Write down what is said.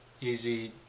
easy